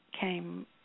came